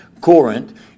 Corinth